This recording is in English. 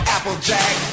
Applejack